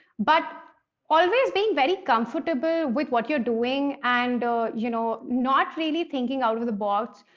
but always being very comfortable with what you're doing and you know not really thinking out of the box,